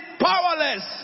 powerless